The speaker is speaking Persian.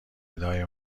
ندای